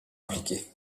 appliqué